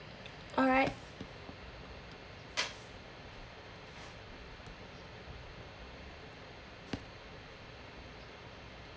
alright